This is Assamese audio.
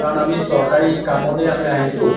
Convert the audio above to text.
কাৰণ আমি চৰকাৰী কামতে আমি আহিছোঁ